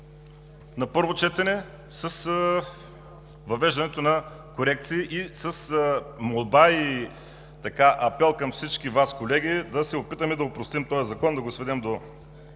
на първо четене – с въвеждането на корекции и с молба и апел към всички Вас, колеги, да се опитаме да опростим този закон, да го сведем до